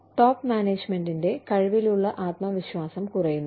top മാനേജ്മെന്റിന്റെ കഴിവിലുള്ള ആത്മവിശ്വാസം കുറയുന്നു